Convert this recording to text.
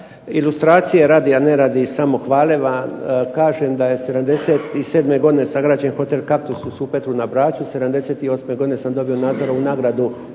Ilustracije radi, a ne radi samohvale vam kažem da je '77. godine sagrađen hotel "Kaktus" u Supetru na Braču, '78. godine sam dobio Nazorovu nagradu